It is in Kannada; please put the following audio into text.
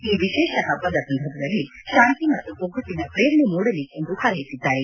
ಈ ವಿಶೇಷ ಹಬ್ಬದ ಸಂದರ್ಭದಲ್ಲಿ ಶಾಂತಿ ಮತ್ತು ಒಗ್ಗಟ್ಟನ ಪ್ರೇರಣೆ ಮೂಡಲಿ ಎಂದು ಹಾರೈಸಿದ್ದಾರೆ